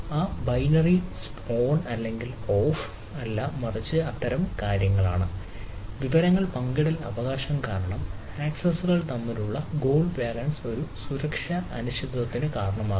അത് binary stop on അല്ലെങ്കിൽ off ഒരു സുരക്ഷാ അനിശ്ചിതത്വത്തിന് കാരണമാകുന്നു